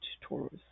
Taurus